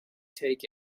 take